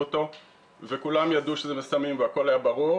אותו וכולם ידעו שזה מסמים והכל היה ברור,